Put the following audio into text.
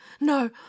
no